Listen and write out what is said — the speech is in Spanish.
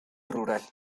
rural